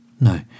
No